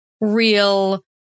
real